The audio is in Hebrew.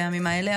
בימים האלה,